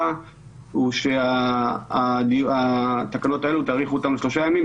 הוא שתאריכו את התקנות האלו בשלושה ימים,